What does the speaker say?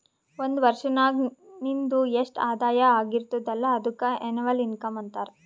ಒಂದ್ ವರ್ಷನಾಗ್ ನಿಂದು ಎಸ್ಟ್ ಆದಾಯ ಆಗಿರ್ತುದ್ ಅಲ್ಲ ಅದುಕ್ಕ ಎನ್ನವಲ್ ಇನ್ಕಮ್ ಅಂತಾರ